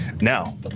Now